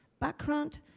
background